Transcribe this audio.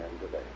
today